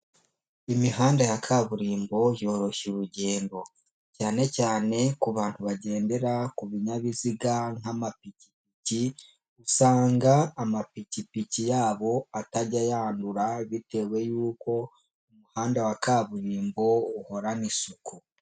Imihanda ya kaburimbo yoroshya urugendo, cyane cyane ku bantu bagendera ku binyabiziga nk'amapipiki usanga amapikipiki yabo atajya yandura, bitewe yuko umuhanda wa kaburimbo uhorana isuku.